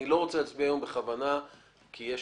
אני לא רוצה להצביע היום בכוונה כי יש